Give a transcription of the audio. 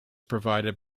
provided